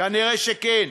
כנראה שכן.